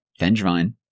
Vengevine